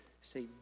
say